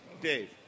Dave